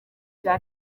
cya